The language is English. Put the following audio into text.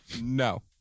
No